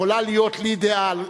יכולה להיות לי דעה,